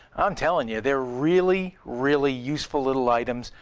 i'm telling you, they're really, really useful little items,